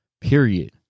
Period